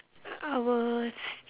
I was